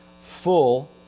Full